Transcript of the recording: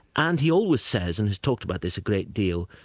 and he always says and he's talked about this a great deal,